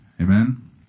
Amen